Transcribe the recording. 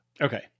Okay